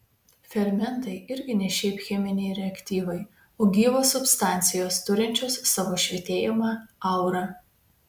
fermentai irgi ne šiaip cheminiai reaktyvai o gyvos substancijos turinčios savo švytėjimą aurą